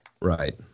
Right